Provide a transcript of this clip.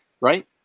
right